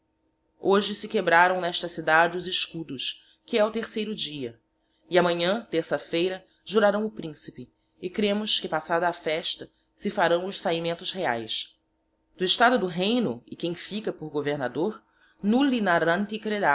hoje se quebráraõ nesta cidade os escudos que he o terceiro dia e ámanhã terça feira juraraõ o principe e cremos que passada a festa se faraõ os saimentos reaes do estado do reino e quem fica por governador